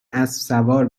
اسبسوار